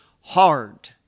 Hard